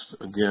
again